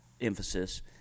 emphasis